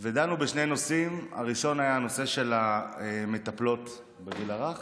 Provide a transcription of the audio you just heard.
ודנו בשני נושאים: הראשון היה נושא של המטפלות לגיל הרך,